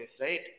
right